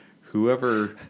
whoever